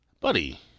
buddy